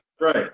Right